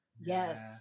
yes